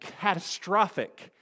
catastrophic